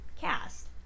cast